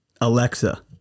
Alexa